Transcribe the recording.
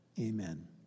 amen